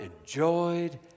enjoyed